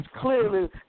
clearly